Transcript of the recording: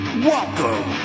Welcome